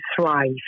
thrive